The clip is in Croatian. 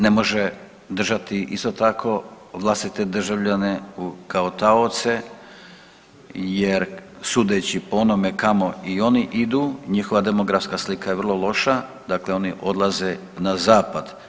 Ne može držati isto tako vlastite državljane kao taoce, jer sudeći po onome kamo i oni idu njihova demografska slika je vrlo loša, dakle oni odlaze na zapad.